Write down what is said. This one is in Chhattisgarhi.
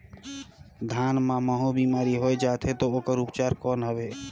धान मां महू बीमारी होय जाथे तो ओकर उपचार कौन हवे?